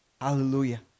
Hallelujah